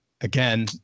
again